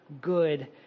good